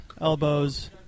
elbows